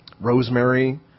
Rosemary